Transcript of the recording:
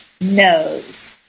knows